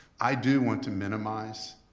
i do want to minimize